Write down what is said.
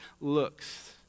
looks